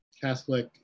Catholic